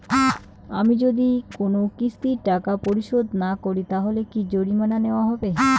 আমি যদি কোন কিস্তির টাকা পরিশোধ না করি তাহলে কি জরিমানা নেওয়া হবে?